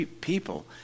people